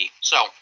so-